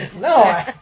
No